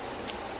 ya